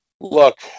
look